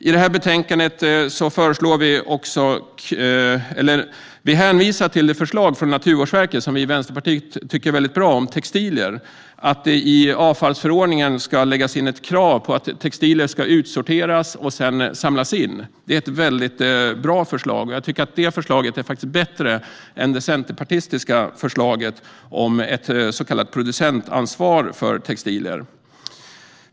I betänkandet hänvisar vi till Naturvårdsverkets förslag om textilier, som vi i Vänsterpartiet tycker är väldigt bra och som handlar om att det i avfallsförordningen ska läggas in ett krav på att textilier ska utsorteras och sedan samlas in. Det är ett väldigt bra förslag, faktiskt bättre än det centerpartistiska förslaget om ett så kallat producentansvar för textilier.